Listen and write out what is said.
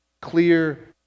clear